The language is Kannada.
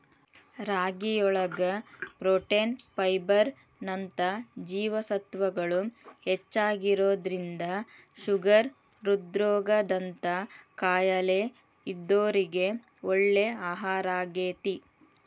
ರಾಗಿಯೊಳಗ ಪ್ರೊಟೇನ್, ಫೈಬರ್ ನಂತ ಜೇವಸತ್ವಗಳು ಹೆಚ್ಚಾಗಿರೋದ್ರಿಂದ ಶುಗರ್, ಹೃದ್ರೋಗ ದಂತ ಕಾಯಲೇ ಇದ್ದೋರಿಗೆ ಒಳ್ಳೆ ಆಹಾರಾಗೇತಿ